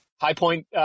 Highpoint